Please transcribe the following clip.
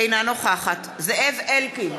אינה נוכחת זאב אלקין,